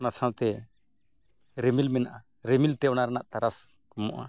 ᱚᱱᱟ ᱥᱟᱶᱛᱮ ᱨᱤᱢᱤᱞ ᱢᱮᱱᱟᱜᱼᱟ ᱨᱤᱢᱤᱞ ᱛᱮ ᱚᱱᱟ ᱨᱮᱱᱟᱜ ᱛᱟᱨᱟᱥ ᱠᱚᱢᱚᱜᱼᱟ